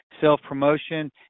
self-promotion